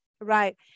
right